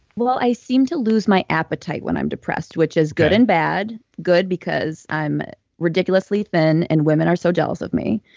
well, i seem to lose my appetite when i'm depressed, which is good and bad. good because i'm ridiculously thin and women are so jealous of me.